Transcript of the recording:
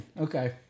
Okay